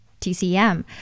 TCM